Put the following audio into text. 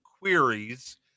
queries